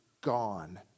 Gone